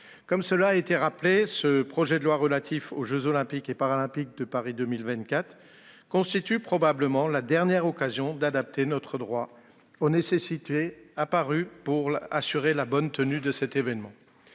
comme cela a été rappelé, ce projet de loi relatif aux jeux Olympiques et Paralympiques de Paris 2024 constitue probablement la dernière occasion d'adapter notre droit de manière à assurer la bonne tenue de cet événement.